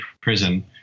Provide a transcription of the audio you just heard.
prison